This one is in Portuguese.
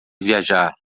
viajar